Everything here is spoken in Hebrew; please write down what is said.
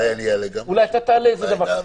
אולי אתה תעלה איזה דבר.